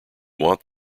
want